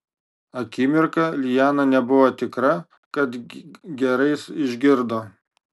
akimirką liana nebuvo tikra kad gerai išgirdo